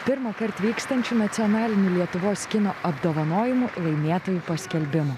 pirmąkart vykstančių nacionalinių lietuvos kino apdovanojimų laimėtojų paskelbimo